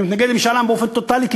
אני מתנגד למשאל עם באופן טוטלי,